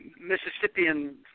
Mississippian